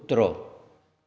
कुत्रो